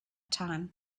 time